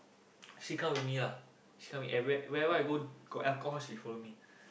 she come with me lah she come with everywhere wherever I go got alcohol she follow me